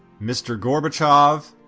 mr. gorbachev,